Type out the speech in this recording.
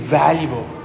valuable